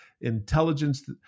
intelligence